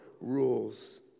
rules